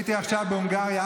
הייתי עכשיו בהונגריה.